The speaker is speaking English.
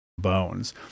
bones